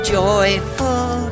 joyful